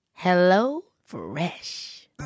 HelloFresh